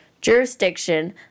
jurisdiction